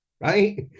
right